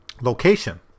location